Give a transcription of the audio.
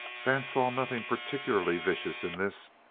vance saw nothing particularly vicious in this.